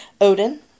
Odin